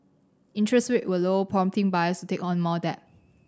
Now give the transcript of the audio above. interest rate were low prompting buyers to take on more debt